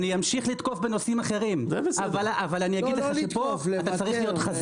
אני לא אאפשר שאנשי המקצוע שלנו,